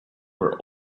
were